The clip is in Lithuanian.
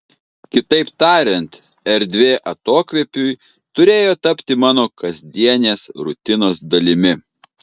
kitaip tariant erdvė atokvėpiui turėjo tapti mano kasdienės rutinos dalimi